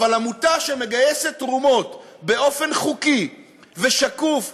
אבל עמותה שמגייסת תרומות באופן חוקי ושקוף,